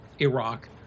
Iraq